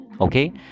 okay